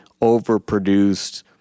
overproduced